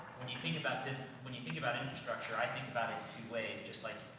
when you think about dif when you think about infrastructure, i think about it two ways, just like,